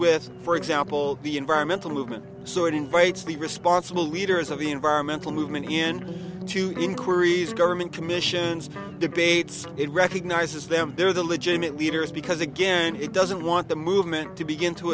with for example the environmental movement so it invites the responsible leaders of the environmental movement into inquiries government commissions debates it recognizes them they're the legitimate leaders because again it doesn't want the movement to begin to